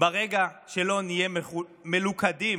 ברגע שלא נהיה מלוכדים